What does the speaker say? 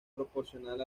proporcional